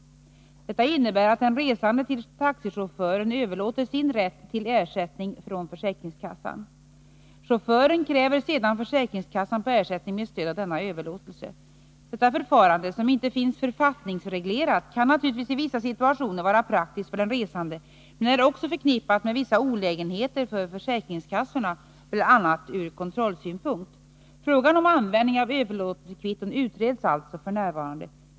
Detta innebär att den resande till taxichauffören överlåter sin rätt till ersättning från försäkringskassan. Chauffören kräver sedan försäkringskassan på ersättning med stöd av denna överlåtelse. Detta förfarande, som inte finns författningsreglerat, kan naturligtvis i vissa situationer vara praktiskt för den resande men är också förknippat med vissa olägenheter för försäkringskassorna, bl.a. ur kontrollsynpunkt. Frågan om användning av överlåtelsekvitton utreds alltså f. n.